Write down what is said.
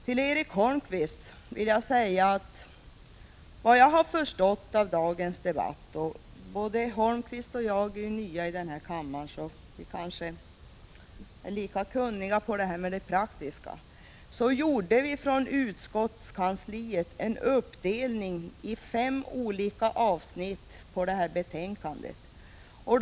Till Erik Holmkvist vill jag säga att enligt vad jag förstått av dagens debatt —- vi är båda nya i kammaren och kanske lika kunniga i fråga om det praktiska — så gjorde vi från utskottskansliet en uppdelning i fem olika avsnitt när det gäller detta betänkande.